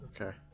Okay